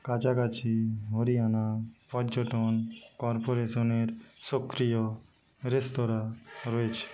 কাছাকাছি হরিয়ানা পর্যটন কর্পোরেশনের সক্রিয় রেস্তোরাঁ রয়েছে